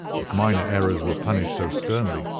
if minor errors were punished so sternly,